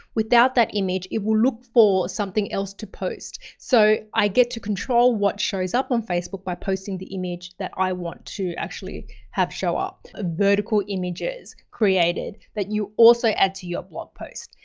without that image, it will look for something else to post. so i get to control what shows up on facebook by posting the image that i want to actually have show of. ah vertical images created that you also add to your blog posts,